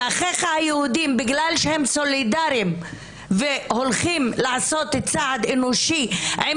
ואחיך היהודים בגלל שהם סולידריים וההולכים לעשות צעד אנושי עם